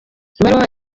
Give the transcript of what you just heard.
ibaruwa